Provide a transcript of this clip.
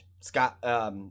Scott